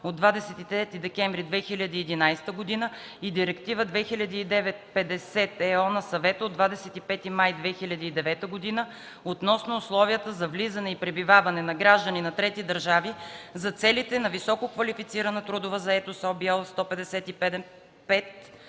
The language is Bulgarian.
от 23 декември 2011 г.) и Директива 2009/50/ЕО на Съвета от 25 май 2009 г. относно условията за влизане и пребиваване на граждани на трети държави за целите на висококвалифицирана трудова заетост (OB,